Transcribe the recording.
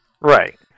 Right